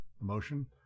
emotion